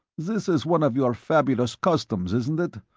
this is one of your fabulous customs, isn't it?